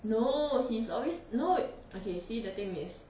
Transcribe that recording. no he's always no okay see the thing is